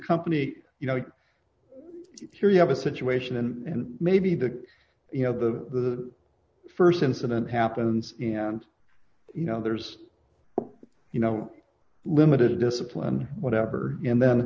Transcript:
company you know here you have a situation and maybe the you know the st incident happens and you know there's you know limited discipline whatever and then